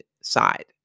side